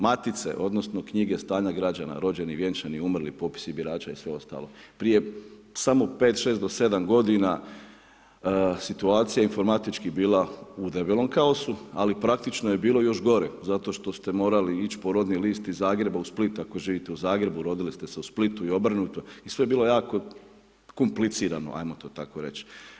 Matice, odnosno knjige stanja građa rođenih, vjenčanih, umrlih, popisi birača i sve ostalo, prije samo 5, 6 do 7 g. situacija informatički je bila u debelom kaosu ali praktično je bilo još gore zato što ste morali ići po redni list iz Zagreba u Splitu ako živite u Zagrebu a rodili ste se u Splitu i obrnuto i sve je bilo jako komplicirano ajmo to tako reć.